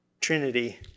trinity